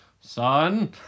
son